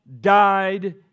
died